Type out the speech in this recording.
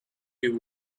you